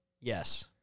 yes